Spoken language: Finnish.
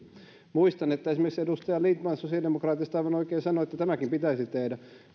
muistan että esimerkiksi edustaja lindtman sosiaalidemokraateista aivan oikein sanoi että tämäkin pitäisi tehdä